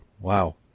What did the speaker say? wow